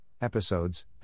Episodes